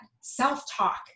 self-talk